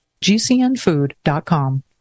GCNfood.com